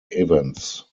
events